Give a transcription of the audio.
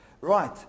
Right